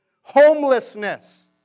homelessness